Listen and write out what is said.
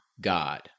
God